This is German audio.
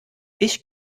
ich